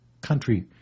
country